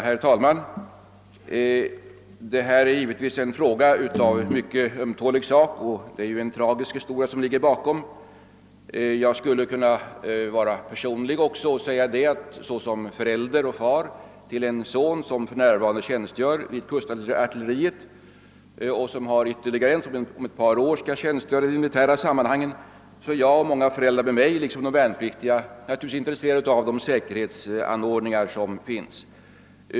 Herr talman! Detta är givetvis en fråga av mycket ömtålig karaktär, och det är ju en tragisk historia som ligger bakom. Jag skulle kunna vara personlig också och säga, att såsom far till en son som för närvarande tjänstgör vid kustartilleriet — och jag har ytterligare en son som om ett par år skall göra sin värnplikt — är jag naturligtvis, liksom andra föräldrar och även de värnpliktiga själva, intresserad av de säkerhetsanordningar som finns.